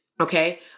Okay